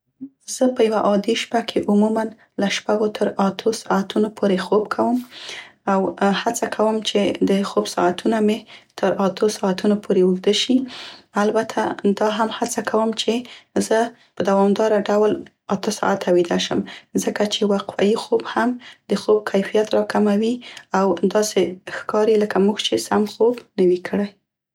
زه په یوه عادي شپه کې له عموماً له شپږو تر اتو ساعتونو پورې خوب کوم او هڅه کوم چې د خوب ساعتونه مې تر اتوو ساعتونو پورې اوږده شي، البته دا هم هڅه کوم چې زه په دوامداره ډول اته ساعته ویده شم، ځکه چې وقفه يي خوب هم د خوب کیفیت راکموي او داسې ښکاري لکه موږ چې سم خوب نه وي کړی.